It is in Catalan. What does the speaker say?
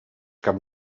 cap